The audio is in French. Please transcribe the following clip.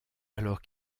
alors